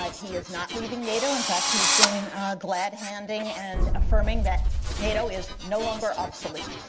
like he is not leaving nato. in fact, he's been glad handing and affirming that nato is no longer obsolete.